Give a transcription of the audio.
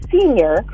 senior